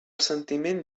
sentiment